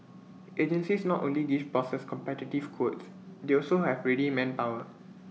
agencies not only give bosses competitive quotes they also have ready manpower